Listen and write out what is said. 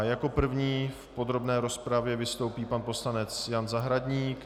Jako první v podrobné rozpravě vystoupí pan poslanec Jan Zahradník.